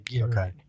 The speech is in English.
Okay